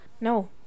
No